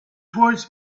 towards